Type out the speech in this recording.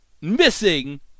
Missing